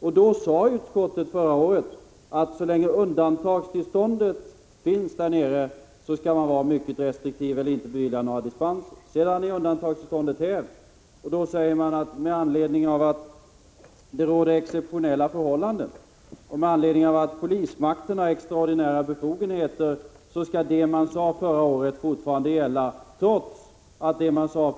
Utskottet sade förra året att man så länge undantagstillståndet finns kvar där nere skall vara mycket restriktiv eller inte bevilja några dispenser alls. Sedan dess har undantagstillståndet hävts. Nu säger utskottet att det som uttalades förra året fortfarande skall gälla med anledning av de exceptionella förhållanden som råder och med anledning av att polismakten har extraordinära befogenheter detta trots att det som sades